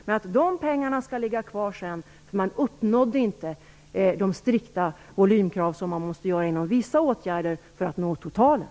Men dessa pengar skall ligga kvar, eftersom man inte uppnådde de strikta volymkrav som måste ställas i fråga om vissa åtgärder för att nå totalen.